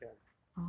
no he don't care [one]